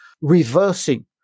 reversing